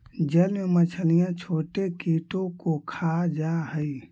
जल में मछलियां छोटे कीटों को खा जा हई